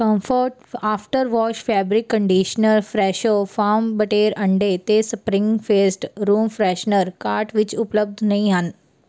comfort after wash fabric conditioner Fresho farm ਬਟੇਰ ਅੰਡੇ ਅਤੇ spring fest room freshener cart ਵਿੱਚ ਉਪਲੱਬਧ ਨਹੀਂ ਹਨ